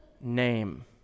name